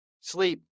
sleep